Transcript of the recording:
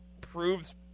proves